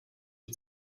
die